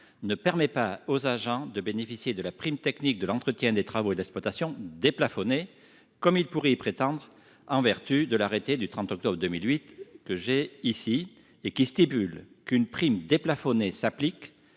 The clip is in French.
ne permet pas aux agents de bénéficier de la prime technique de l'entretien, des travaux et de l'exploitation déplafonnée, comme ils pourraient y prétendre en vertu de l'arrêté du 30 octobre 2008. Ce texte prévoit qu'une prime déplafonnée s'applique